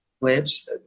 lives